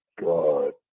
God